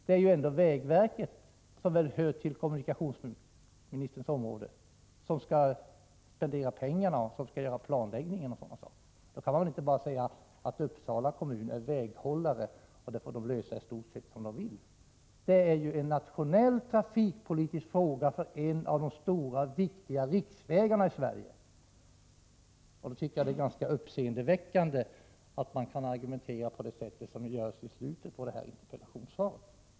Det är ändå vägverket, som hör till kommunikationsministerns ansvarsområde, som skall spendera pengarna, genomföra planläggningen och annat sådant. Då kan man inte bara säga att Uppsala kommun är väghållare och att kommunen får lösa problemen i stort sett som den vill. Här handlar det om en nationell trafikpolitisk fråga, som gäller en av de stora och viktiga riksvägarna i Sverige, och då tycker jag det är ganska uppseendeväckande att kommunikationsministern argumenterar på det sätt som han gjort i slutet på interpellationssvaret.